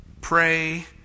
pray